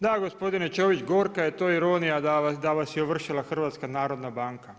Da, gospodine Čović gorka je to ironija da vas je ovršila HNB.